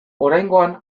oraingoan